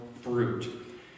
fruit